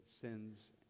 sins